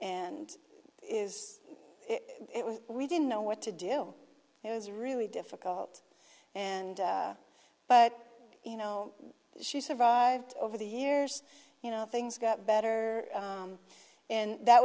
and is it was we didn't know what to do it was really difficult and but you know she survived over the years you know things got better and that